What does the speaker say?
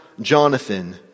Jonathan